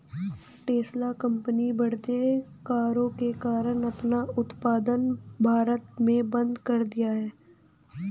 Tesla company बढ़ते करों के कारण अपना उत्पादन भारत में बंद कर दिया हैं